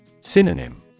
Synonym